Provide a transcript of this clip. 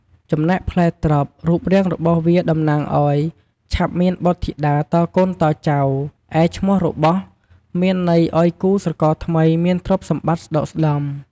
ចំណែកផ្លែត្រប់ រូបរាងរបស់វាតំណាងឲ្យឆាប់មានបុត្រធីតាតកូនតចៅ ឯឈ្មោះរបស់មានន័យឲ្យគូស្រករថ្មីមានទ្រព្យសម្បត្តិស្ដុកស្ដម្ភ។